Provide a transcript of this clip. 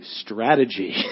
strategy